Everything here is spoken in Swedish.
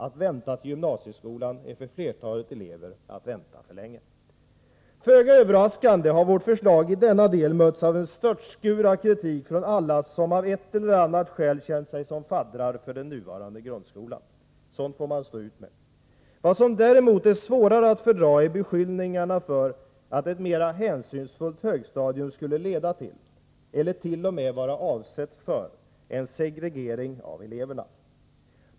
Att vänta till gymnasieskolan är för flertalet elever att vänta för länge. Föga överraskande har våra förslag i denna del mötts av en störtskur av kritik från alla som av ett eller annat skäl känt sig som faddrar för den nuvarande grundskolan. Sådant får man stå ut med. Vad som däremot är svårare att fördra är beskyllningarna för att ett mera hänsynsfullt högstadium skulle leda till — eller t.o.m. vara avsett för — en segregering av eleverna.